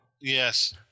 Yes